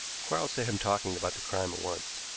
quarles set him talking about the crime at once.